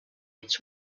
its